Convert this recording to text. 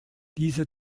diese